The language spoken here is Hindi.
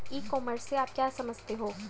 ई कॉमर्स से आप क्या समझते हो?